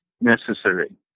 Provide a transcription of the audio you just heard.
necessary